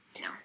No